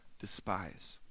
despise